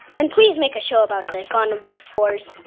and please make a show about siphonophores.